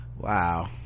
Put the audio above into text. wow